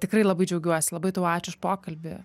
tikrai labai džiaugiuosi labai tau ačiū už pokalbį